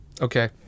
Okay